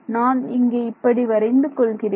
நான் இங்கே இப்படி வரைந்து கொள்கிறேன்